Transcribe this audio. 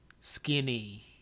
Skinny